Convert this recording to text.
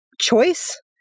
choice